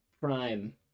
prime